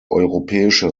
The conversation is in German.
europäische